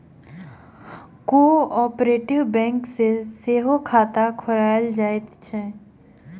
cooperative bank मे सेहो खाता खोलायल जाइत अछि